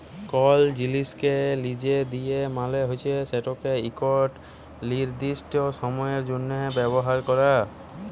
call জিলিসকে লিজে দিয়া মালে হছে সেটকে ইকট লিরদিস্ট সময়ের জ্যনহে ব্যাভার ক্যরা